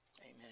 Amen